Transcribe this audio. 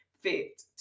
fit